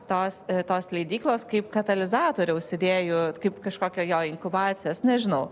tos tos leidyklos kaip katalizatoriaus idėjų kaip kažkokio jo inkubacijos nežinau